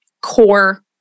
core